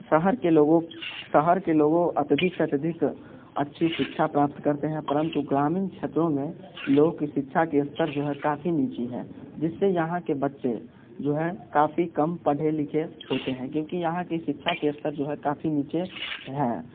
शहर के लोगों शहर के लोगों अत्यधिक से अत्यधिक अच्छी शिक्षा प्राप्त करते हैं परंतु ग्रामीण क्षेत्रों में लोग की शिक्षा के स्तर जो है काफ़ी नीची है जिससे यहाँ के बच्चे जो हैं काफ़ी कम पढ़े लिखे होते हैं क्योंकि यहाँ की शिक्षा के स्तर जो है काफ़ी नीचे है